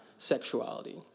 sexuality